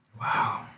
wow